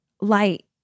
light